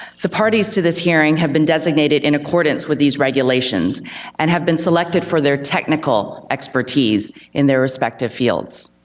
the parties to this hearing have been designated in accordance with these regulations and have been selected for their technical expertise in their respective fields.